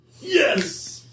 Yes